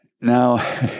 Now